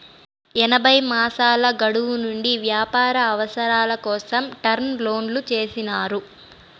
ఎనభై మాసాల గడువు నుండి వ్యాపార అవసరాల కోసం టర్మ్ లోన్లు చేసినారు